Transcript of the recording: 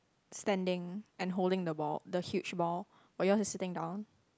standing and holding the ball the huge ball but yours is sitting down